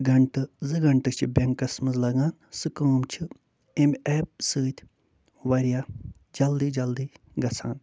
گھنٛٹہٕ زٕ گھنٛٹہٕ چھِ بٮ۪نٛکَس منٛز لگان سُہ کٲم چھِ اَمہِ ایپہِ سۭتۍ واریاہ جلدی جلدی گژھان